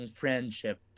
friendship